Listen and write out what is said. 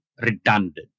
redundant